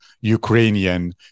Ukrainian